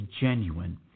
genuine